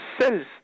cells